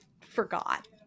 forgot